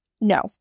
No